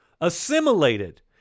assimilated